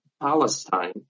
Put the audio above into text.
Palestine